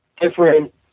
different